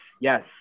yes